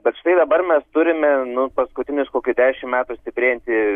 bet štai dabar mes turime nu paskutinius kokius dešim metų stiprėjantį